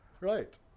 Right